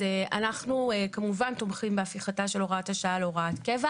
אנחנו כמובן תומכים בהפיכתה של הוראת השעה להוראת קבע.